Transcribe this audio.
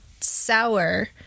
sour